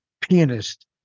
pianist